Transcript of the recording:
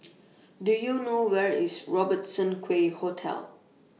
Do YOU know Where IS Robertson Quay Hotel